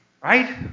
right